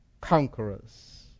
conquerors